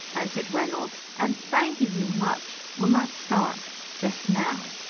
answered reynolds, and, thanking you much, will not start just now.